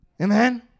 amen